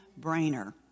brainer